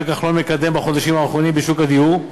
כחלון מקדם בחודשים האחרונים בשוק הדיור,